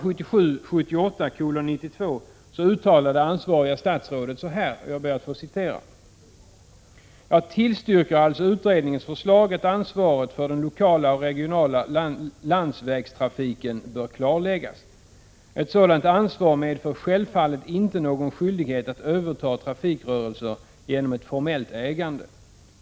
”Jag tillstyrker alltså utredningens förslag, att ansvaret för den lokala och regionala landsvägstrafiken bör klarläggas. Ett sådant ansvar medför självfallet inte någon skyldighet att överta trafikrörelser genom ett formellt ägande.